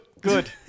Good